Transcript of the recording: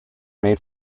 made